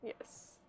yes